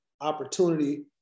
opportunity